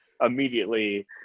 immediately